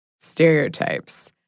stereotypes